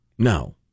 No